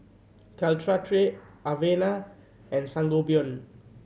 Caltrate Avene and Sangobion